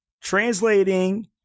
translating